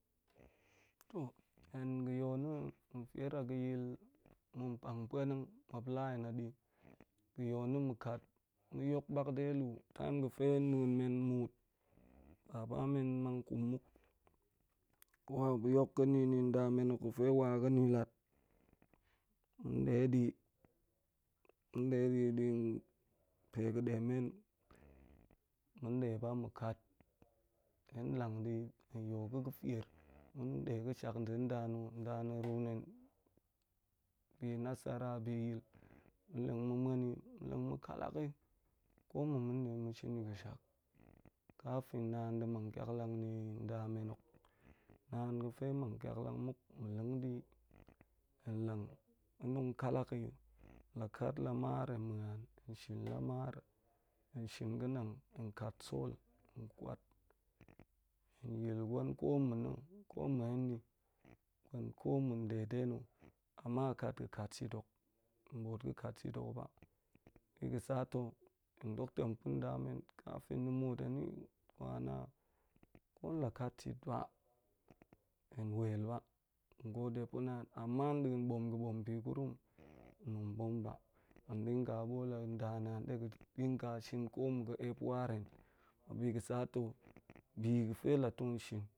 To hen ga̱ yol na̱ hen fier a ga̱ yil mun-pang pua-nang, muap la hen adi, ga̱ yol na̱ mukat mu yok bak de lu time ga̱fe na̱a̱n men mut baba men mang kum mu nin nda men hok ga̱fe wa ga̱ nilat ma̱n ɗe di, ma̱n de di pe ga̱ɗe men. Ma̱n ɗe ba ma̱ kat hen lan di hen yo ga̱ ga̱fier, ma̱n ɗe ga̱shak nɗe da na̱, ndana̱ run hen bi nasara, bi yil, mun lang mu muan yi mun lang mi kalak yi, ko mo ma̱ leng ma̱ shin yi ga̱ shak, kafin naan ga̱fe mang kiaklang ni nda men hok. Naan ga̱fe mang kiaklang muk ma̱ leng di, hen lang hen tong kalak yi la kat la mar hen muan hen shin la mar hen shin ga̱ nang hen kat sol hen kwat, hen yil gwen kamo na̱, komo hen ni gwen koma̱ ɗe de na̱. Ama a kat ga̱ kat shit hok, hen bo̱o̱t pa̱ kat shik hok ba. Bi ga̱ sa to hen dok tem pa̱n nda men kafin ni muut, hen ni gwa na ko la kat shit ba hen wel ba, hen gode pa̱ naan, ama da̱a̱n bo̱m ga̱ bo̱m bi gurum hen tong bo̱m ba, hen dinga bo̱o̱l a nda naan ɗe ga̱ dinga shin koma̱ ga̱ ep war hen, biga̱ sa to bi ga̱fe la tong shin